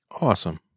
Awesome